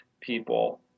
people